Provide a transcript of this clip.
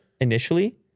initially